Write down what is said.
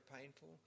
painful